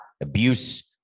abuse-